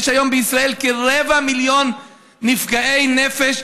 יש היום בישראל כרבע מיליון נפגעי נפש,